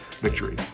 victory